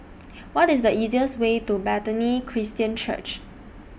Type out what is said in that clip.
What IS The easiest Way to Bethany Christian Church